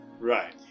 Right